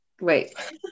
wait